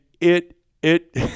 it—it